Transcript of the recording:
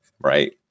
right